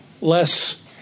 less